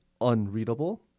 unreadable